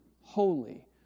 holy